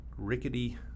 rickety